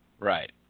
Right